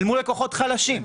אל מול לקוחות חלשים.